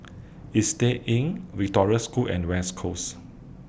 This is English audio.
Istay Inn Victoria School and West Coast